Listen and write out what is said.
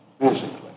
physically